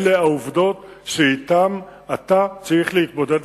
אלה העובדות שאתן אתה צריך להתמודד.